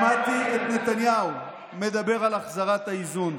שמעתי את נתניהו מדבר על החזרת האיזון.